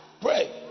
Pray